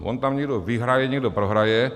On tam někdo vyhraje, někdo prohraje.